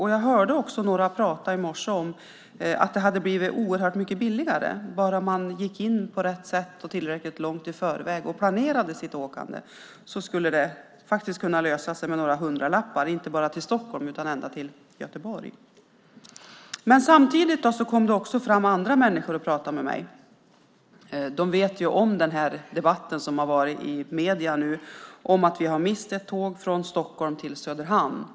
I morse hörde jag också några prata om att det hade blivit mycket billigare. Bara man gick in på rätt sätt och tillräckligt långt i förväg och planerade sitt åkande skulle det kunna lösa sig med några hundralappar, inte bara till Stockholm utan ända till Göteborg. Samtidigt kom det fram andra människor och pratade med mig. De känner till debatten som har varit i medierna om att vi har mist ett tåg från Stockholm till Söderhamn.